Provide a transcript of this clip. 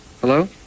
Hello